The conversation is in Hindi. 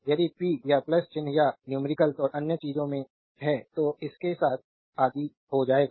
यदि p या चिह्न या न्यूमेरिकल्स और अन्य चीजों में है तो इसके साथ आदी हो जाएगा